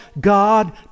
God